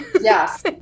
Yes